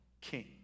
king